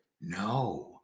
no